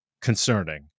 concerning